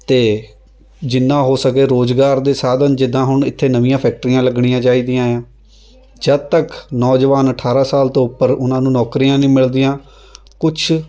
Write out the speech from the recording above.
ਅਤੇ ਜਿੰਨਾਂ ਹੋ ਸਕੇ ਰੁਜ਼ਗਾਰ ਦੇ ਸਾਧਨ ਜਿੱਦਾਂ ਹੁਣ ਇੱਥੇ ਨਵੀਆਂ ਫੈਕਟਰੀਆਂ ਲੱਗਣੀਆਂ ਚਾਹੀਦੀਆਂ ਹੈ ਜਦ ਤੱਕ ਨੌਜਵਾਨ ਅਠਾਰ੍ਹਾਂ ਸਾਲ ਤੋਂ ਉੱਪਰ ਉਹਨਾਂ ਨੂੰ ਨੌਕਰੀਆਂ ਨਹੀਂ ਮਿਲਦੀਆਂ ਕੁਛ